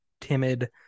timid